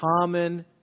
Common